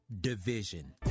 division